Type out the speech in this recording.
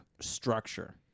structure